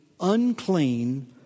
unclean